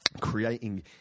creating